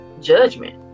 judgment